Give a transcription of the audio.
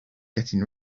getting